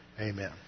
Amen